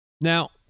Now